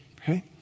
Okay